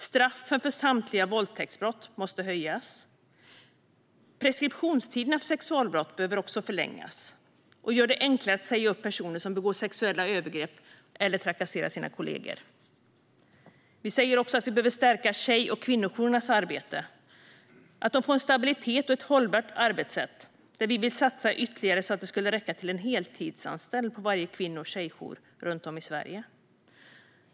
Straffen för samtliga våldtäktsbrott måste höjas. Preskriptionstiderna för sexualbrott behöver också förlängas. Vi vill göra det enklare att säga upp personer som begår sexuella övergrepp eller trakasserar sina kollegor. Vi säger också att vi behöver stärka tjej och kvinnojourernas arbete så att de får stabilitet och ett hållbart arbetssätt. Vi vill satsa ytterligare så att det räcker till en heltidsanställd på varje kvinno och tjejjour i Sverige.